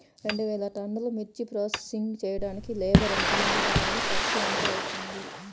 రెండు వేలు టన్నుల మిర్చి ప్రోసెసింగ్ చేయడానికి లేబర్ ఎంతమంది కావాలి, ఖర్చు ఎంత అవుతుంది?